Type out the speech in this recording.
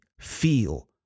feel